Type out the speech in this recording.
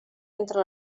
entre